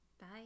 Bye